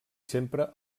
sempre